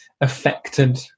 affected